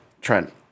Trent